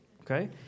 Okay